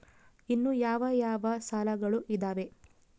ಇನ್ನು ಯಾವ ಯಾವ ಸಾಲಗಳು ಇದಾವೆ?